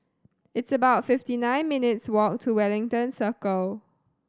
it's about fifty nine minutes' walk to Wellington Circle